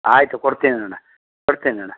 ಆಯಿತು ಕೊಡ್ತೀನಿ ಅಣ್ಣ ಕೊಡ್ತೀನಿ ಅಣ್ಣ